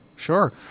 Sure